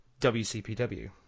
wcpw